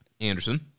Anderson